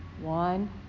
One